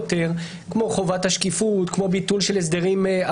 אני חושב שהציבור למד את זה באופן מעשי.